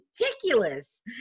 ridiculous